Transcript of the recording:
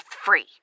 free